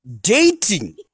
Dating